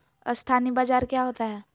अस्थानी बाजार क्या होता है?